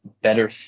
better